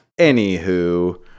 anywho